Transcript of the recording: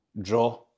draw